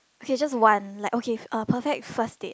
okay just one like okay uh perfect first date